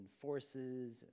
forces